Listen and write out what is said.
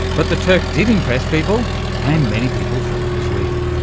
but the turk did impress people and many people thought it was real.